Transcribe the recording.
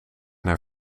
naar